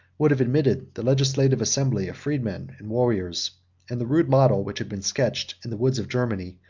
would have admitted the legislative assembly of freemen and warriors and the rude model, which had been sketched in the woods of germany,